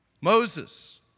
Moses